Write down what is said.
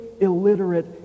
illiterate